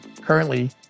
Currently